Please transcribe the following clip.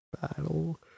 Battle